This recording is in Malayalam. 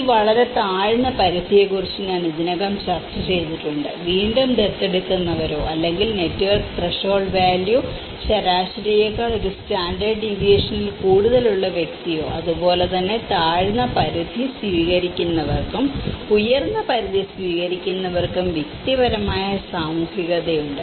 ഈ വളരെ താഴ്ന്ന പരിധിയെക്കുറിച്ച് ഞാൻ ഇതിനകം ചർച്ച ചെയ്തിട്ടുണ്ട് വീണ്ടും ദത്തെടുക്കുന്നവരോ അല്ലെങ്കിൽ നെറ്റ്വർക്ക് ത്രെഷോൾഡ് വാല്യൂ ശരാശരിയേക്കാൾ ഒരു സ്റ്റാൻഡേർഡ് ഡീവിയേഷനിൽ കൂടുതലുള്ള വ്യക്തിയോ അതുപോലെ തന്നെ താഴ്ന്ന പരിധി സ്വീകരിക്കുന്നവർക്കും ഉയർന്ന പരിധി സ്വീകരിക്കുന്നവർക്കും വ്യക്തിപരമായ സാമൂഹികതയുണ്ട്